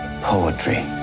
Poetry